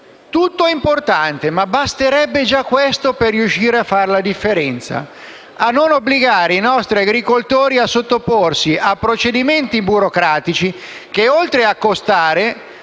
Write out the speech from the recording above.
Tutto è importante, ma basterebbe già questo per riuscire a fare la differenza e a non obbligare i nostri agricoltori a sottoporsi a procedimenti burocratici che, oltre a costare,